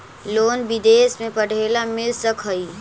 Loan विदेश में पढ़ेला मिल सक हइ?